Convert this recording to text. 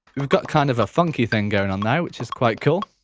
we've got kind of a funky thing going on now which is quite cool.